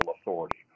authority